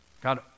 God